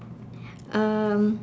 um